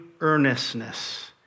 earnestness